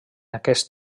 aquest